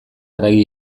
haragi